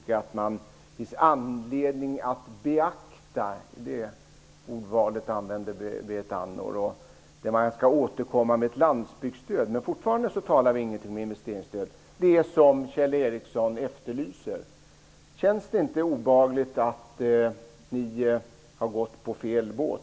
Hon sade att "det finns anledning att beakta" förslaget att återkomma med ett landsbygdsstöd, men fortfarande talade hon inte om ett investeringsstöd, det som Kjell Ericsson efterlyser. Känns det inte obehagligt att ni har gått ombord på fel båt?